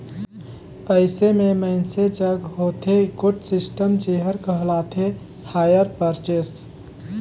अइसे में मइनसे जग होथे एगोट सिस्टम जेहर कहलाथे हायर परचेस